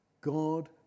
God